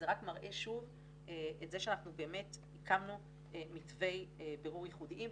זה רק מראה שוב את זה שאנחנו באמת הקמנו מתווי בירור ייחודיים,